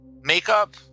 makeup